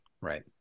Right